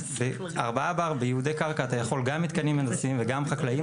אז 4 בר בייעודי הקרקע אתה יכול גם עם מתקנים הנדסיים וגם חקלאיים,